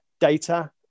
data